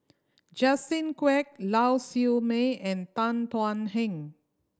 Justin Quek Lau Siew Mei and Tan Thuan Heng